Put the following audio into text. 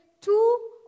two